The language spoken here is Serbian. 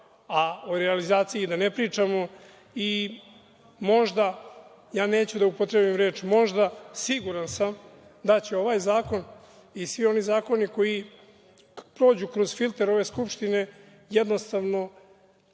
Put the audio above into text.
a o realizaciji da ne pričamo. Možda, neću da upotrebim reč možda, siguran sam da će ovaj zakon i svi ovi zakoni koji prođu kroz filter ove Skupštine, jednostavno,